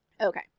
Okay